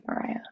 mariah